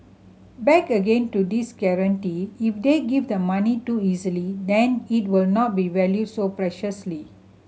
back again to this guarantee if they give the money too easily then it will not be valued so preciously